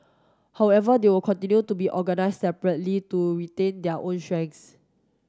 however they will continue to be organised separately to retain their own strengths